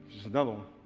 just another